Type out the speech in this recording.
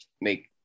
make